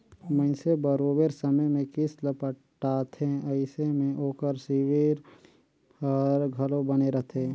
मइनसे बरोबेर समे में किस्त ल पटाथे अइसे में ओकर सिविल हर घलो बने रहथे